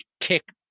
kick